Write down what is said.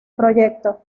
proyecto